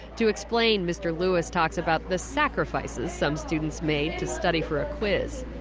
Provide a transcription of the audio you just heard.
to explain, mr. lewis talks about the sacrifices some students made to study for a quiz